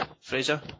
Fraser